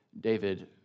David